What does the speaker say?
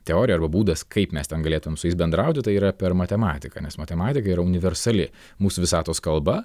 teorija arba būdas kaip mes ten galėtumėm su jais bendrauti tai yra per matematiką nes matematika yra universali mūsų visatos kalba